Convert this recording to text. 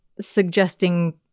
suggesting